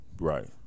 Right